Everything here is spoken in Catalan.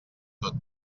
tot